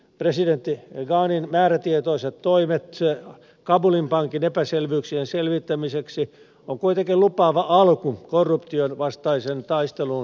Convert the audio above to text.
presidentti ghanin määrätietoiset toimet kabulin pankin epäselvyyksien selvittämiseksi ovat kuitenkin lupaava alku korruptionvastaisen taistelun kannalta